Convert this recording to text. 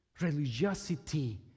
Religiosity